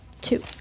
Two